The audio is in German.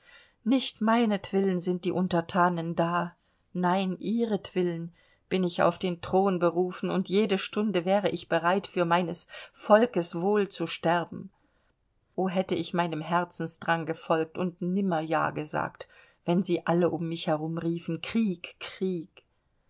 nicht meinetwillen sind die unterthanen da nein ihretwillen bin ich auf den thron berufen und jede stunde wäre ich bereit für meines volkes wohl zu sterben o hätte ich meinem herzensdrang gefolgt und nimmer ja gesagt wenn sie alle um mich herum riefen krieg krieg